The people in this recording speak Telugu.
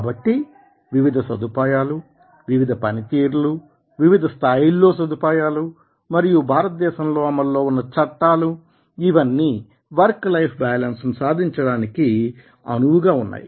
కాబట్టి వివిధ సదుపాయాలు వివిధ పనితీరులు వివిధ స్థాయిల్లో సదుపాయాలు మరియు భారతదేశంలో అమలులో ఉన్న చట్టాలు ఇవన్నీ వర్క్ లైఫ్ బ్యాలెన్స్ ని సాధించడానికి అనువుగా ఉన్నాయి